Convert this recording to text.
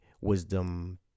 Wisdom